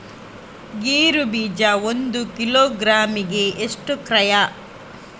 ಗೇರು ಬೀಜ ಒಂದು ಕಿಲೋಗ್ರಾಂ ಗೆ ಎಷ್ಟು ಕ್ರಯ?